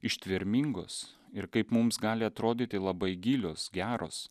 ištvermingos ir kaip mums gali atrodyti labai gilios geros